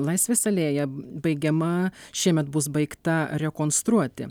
laisvės alėja baigiama šiemet bus baigta rekonstruoti